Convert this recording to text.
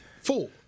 four